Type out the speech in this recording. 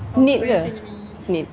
knit ke knit